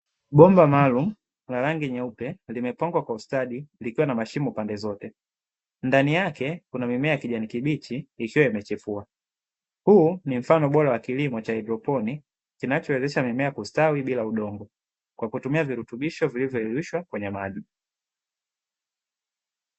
Bomba maalum na rangi nyeupe limepangwa kwa ustadi likiwa na mashimo pande zote ndani yake kuna mimea ya kijani kibichi ikiwa imechepua huu ni mfano bora wa kilimo cha Hydroponi kinachowezesha mimea kustawi bila udongo kwa kutumia virutubisho vilivyoelishwa kwenye maji.